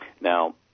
Now